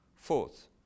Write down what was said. Fourth